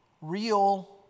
real